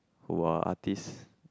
who are artist